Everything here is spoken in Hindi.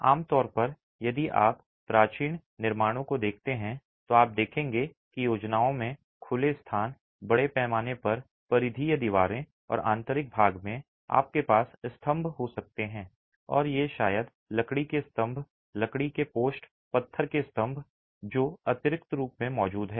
आमतौर पर यदि आप प्राचीन निर्माणों को देखते हैं तो आप देखेंगे कि योजनाओं में खुले स्थान बड़े पैमाने पर परिधीय दीवारें और आंतरिक भाग में आपके पास स्तंभ हो सकते हैं और ये शायद लकड़ी के स्तंभ लकड़ी के पोस्ट पत्थर के स्तंभ हैं जो अतिरिक्त रूप से मौजूद हैं